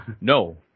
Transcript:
No